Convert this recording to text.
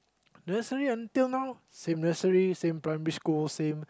nursery until now same nursery same primary school same